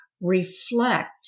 reflect